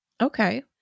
Okay